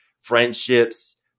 friendships